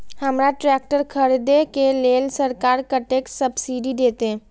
हमरा ट्रैक्टर खरदे के लेल सरकार कतेक सब्सीडी देते?